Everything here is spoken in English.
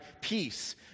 Peace